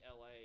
LA